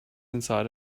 inside